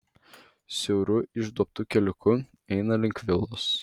siauru išduobtu keliuku eina link vilos